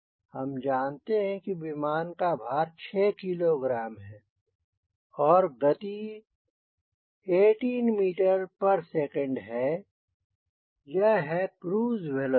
हम जानते हैं कि विमान का भार 6 किलोग्राम है और गति 18 मीटर प्रति सेकंड है यह है क्रूज वेलोसिटी